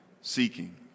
seeking